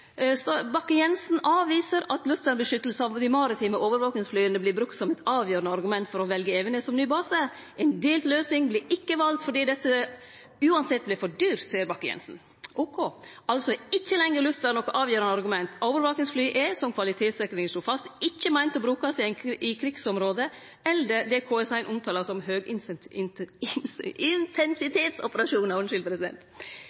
at luftvernbeskyttelse av de maritime overvåkingsflyene blir brukt som et avgjørende argument for å velge Evenes som ny base. – En delt løsning ble ikke valgt fordi dette uansett ble for dyrt, sier Bakke-Jensen.» OK. Altså er ikkje lenger luftvern noko avgjerande argument. Overvakingsfly er, som kvalitetssikringa slo fast, ikkje meint å skulle brukast i eit krigsområde eller i det KS1 omtalar som